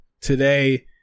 today